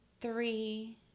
three